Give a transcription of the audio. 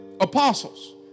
apostles